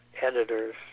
editors